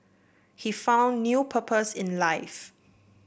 he found new purpose in life